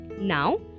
Now